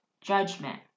judgment